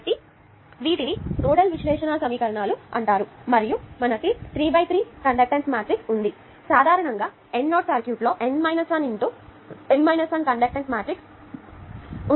కాబట్టి వీటిని నోడల్ విశ్లేషణ సమీకరణాలు అంటారు మరియు మనకు 3x3 కండక్టెన్స్ మ్యాట్రిక్స్ ఉంది మరియు సాధారణంగా n నోడ్ సర్క్యూట్లో n 1 × n 1 కండక్టెన్స్ మ్యాట్రిక్స్ అవుతుంది